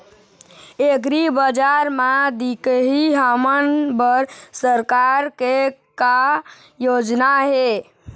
एग्रीबजार म दिखाही हमन बर सरकार के का योजना हे?